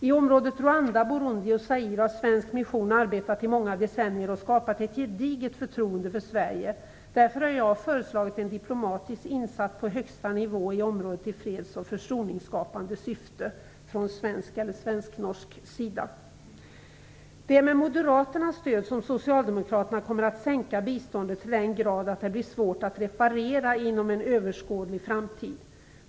I området Rwanda, Burundi och Zaire har svensk mission arbetat i många decennier och skapat ett gediget förtroende för Sverige. Därför har jag föreslagit en diplomatisk insats på högsta nivå i området i freds och försoningsskapande syfte från svensk eller svensk-norsk sida. Det är med Moderaternas stöd som Socialdemokraterna kommer att sänka biståndet till den grad att det blir svårt att reparera inom en överskådlig tid.